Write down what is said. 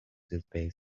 utah